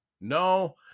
no